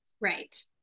Right